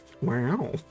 Wow